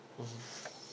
mmhmm